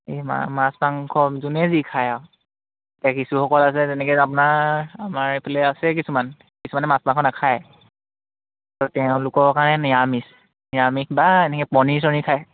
এই মাছ মাংস যোনে যি খায় আৰু এতিয়া কিছুসকল আছে তেনেকে আপোনাৰ আমাৰ এইফালে আছে কিছুমান কিছুমানে মাছ মাংস নাখায় ত তেওঁলোকৰ কাৰণে নিৰামিষ নিৰামিষ বা এনেকে পনীৰ চনীৰ খায়